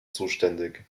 zuständig